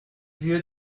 vieux